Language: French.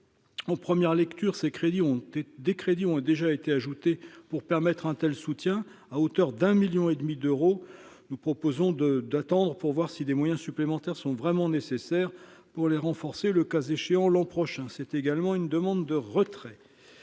ces crédits ont été des crédits ont déjà été ajoutés pour permettre un tel soutien à hauteur d'un 1000000 et demi d'euros, nous proposons de d'attendre pour voir si des moyens supplémentaires sont vraiment nécessaires pour les renforcer, le cas échéant l'an prochain, c'est également une demande de retrait